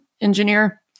engineer